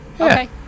Okay